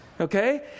okay